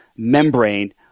membrane